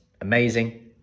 amazing